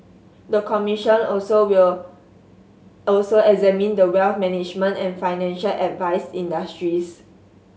the commission also will also examine the wealth management and financial advice industries